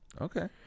Okay